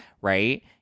right